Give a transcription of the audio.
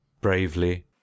bravely